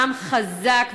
עם חזק,